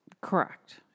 Correct